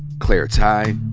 claire tighe,